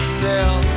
sell